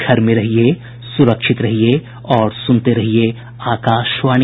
घर में रहिये सुरक्षित रहिये और सुनते रहिये आकाशवाणी